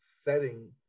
setting